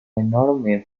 enorme